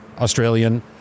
australian